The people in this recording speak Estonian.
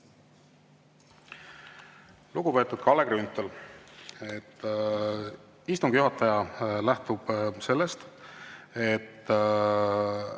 Lugupeetud Kalle Grünthal! Istungi juhataja lähtub sellest, et